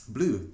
Blue